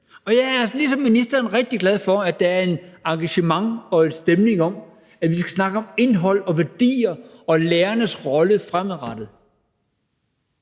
altså ligesom ministeren rigtig glad for, at der er et engagement og en stemning for, at vi skal snakke om indhold og værdier og om lærernes rolle fremadrettet.